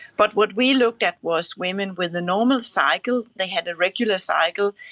but what we looked at was women with a normal cycle, they had a regular cycle,